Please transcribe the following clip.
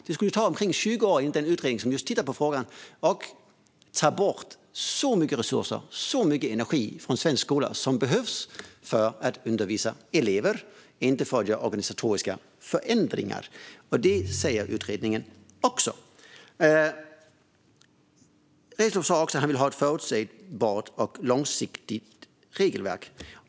Det skulle ta omkring 20 år, enligt en utredning som just tittar på frågan. Det skulle ta bort resurser och energi från svensk skola, det som behövs för att undervisa elever och inte för att göra organisatoriska förändringar. Det säger utredningen också. Reslow sa också att han vill ha ett förutsägbart och långsiktigt regelverk.